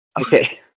Okay